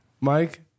Mike